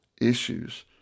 issues